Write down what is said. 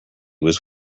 was